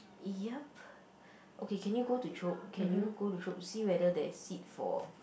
yup okay can you go to Chope can you go to Chope see whether there is seat for